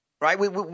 right